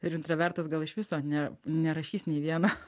ir intravertas gal iš viso ne nerašys nė į vieną